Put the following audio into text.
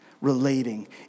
Relating